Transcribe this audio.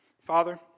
Father